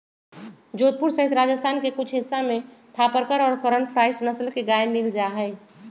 जोधपुर सहित राजस्थान के कुछ हिस्सा में थापरकर और करन फ्राइ नस्ल के गाय मील जाहई